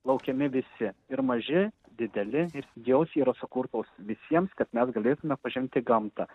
laukiami visi ir maži dideli ir jos yra sukurtos visiems kad mes galėtume pažinti gamtą